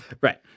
Right